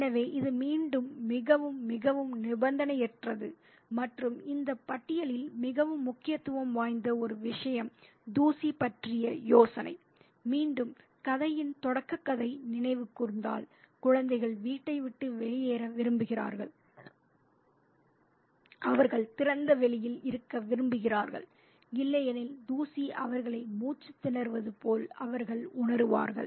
எனவே இது மீண்டும் மிகவும் மிகவும் நிபந்தனையற்றது மற்றும் இந்த பட்டியலில் மிகவும் முக்கியத்துவம் வாய்ந்த ஒரு விஷயம் தூசி பற்றிய யோசனை மீண்டும் கதையின் தொடக்கத்தை நினைவு கூர்ந்தால் குழந்தைகள் வீட்டை விட்டு வெளியேற விரும்புகிறார்கள் அவர்கள் திறந்த வெளியில் இருக்க விரும்புகிறார்கள் இல்லையெனில் தூசி அவர்களை மூச்சுத் திணறுவது போல் அவர்கள் உணருவார்கள்